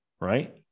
right